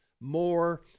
more